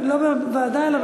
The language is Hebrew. לא בוועדה אלא